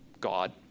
God